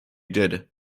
did